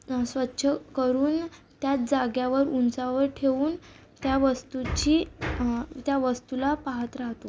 स्वच्छ करून त्याच जाग्यावर उंचावर ठेवून त्या वस्तूची त्या वस्तूला पाहत राहतो